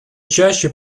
чаще